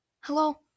Hello